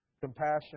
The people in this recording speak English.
compassion